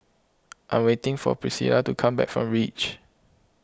I am waiting for Pricilla to come back from Reach